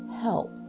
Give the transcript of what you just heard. help